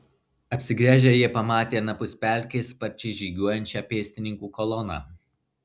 apsigręžę jie pamatė anapus pelkės sparčiai žygiuojančią pėstininkų koloną